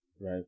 right